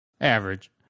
Average